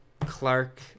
Clark